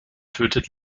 tötet